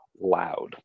loud